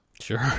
Sure